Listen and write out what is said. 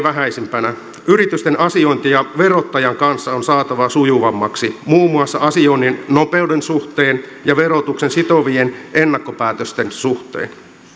vähäisimpänä yritysten asiointia verottajan kanssa on saatava sujuvammaksi muun muassa asioinnin nopeuden suhteen ja verotuksen sitovien ennakkopäätösten suhteen